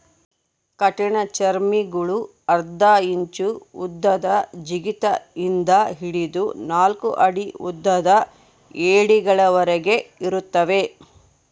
ಕಠಿಣಚರ್ಮಿಗುಳು ಅರ್ಧ ಇಂಚು ಉದ್ದದ ಜಿಗಿತ ಇಂದ ಹಿಡಿದು ನಾಲ್ಕು ಅಡಿ ಉದ್ದದ ಏಡಿಗಳವರೆಗೆ ಇರುತ್ತವೆ